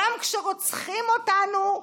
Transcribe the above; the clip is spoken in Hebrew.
גם כשרוצחים אותנו,